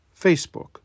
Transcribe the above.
Facebook